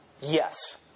Yes